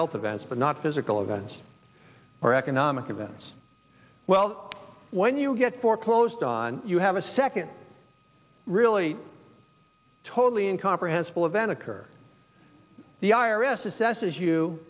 health events but not physical events or economic events well when you get foreclosed on you have a second really totally incomprehensible event occurred the i r s assesses you